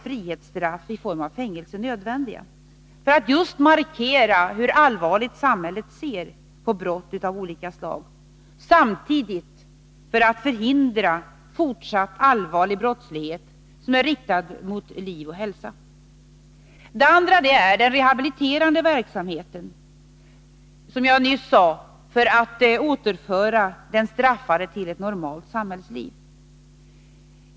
Frihetsstraff i form av fängelse är nödvändiga just för att markera hur allvarligt samhället ser på brott av olika slag och för att samtidigt förhindra fortsatt allvarlig brottslighet som innebär fara för liv och hälsa. Den andra utgångspunkten är den rehabiliteringsverksamhet som jag nyss nämnde och som måste till för att återföra den straffade till ett normalt samhällsliv.